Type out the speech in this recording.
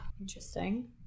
Interesting